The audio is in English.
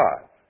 God